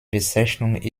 bezeichnung